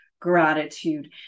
gratitude